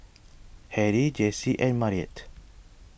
Harry Jessi and Marietta